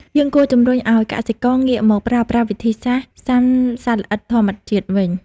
យើងគួរជំរុញឲ្យកសិករងាកមកប្រើប្រាស់វិធីសាស្ត្រស៊ាំសត្វល្អិតធម្មជាតិវិញ។